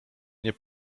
nie